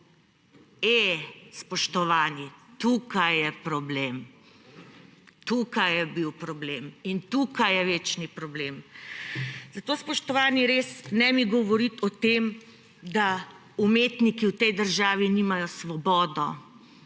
E, spoštovani, tukaj je problem. Tukaj je bil problem in tukaj je večni problem. Zato, spoštovani, ne mi govoriti o tem, da umetniki v tej državi nimajo svobode